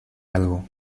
algo